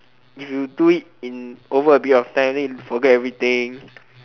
if you do it in over a period of time then you forget everything